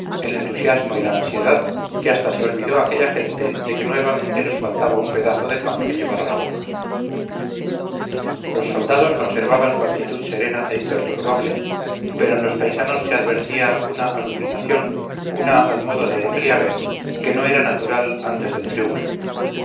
el entusiasmo y la ansiedad que hasta se olvidó aquella gente de que nuevamente nos faltaba un pedazo de pan que llevar a la boca los soldados conservaban su actitud serena e imperturbable pero en los paisanos se advertía una alucinación una al modo de embriaguez que no era natural antes del triunfo